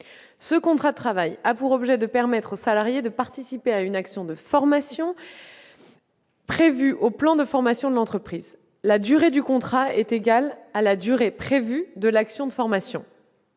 Ce contrat a pour objet de permettre au salarié de participer à une action de formation prévue au plan de formation de l'entreprise, et sa durée est égale à celle qui est prévue pour l'action de formation.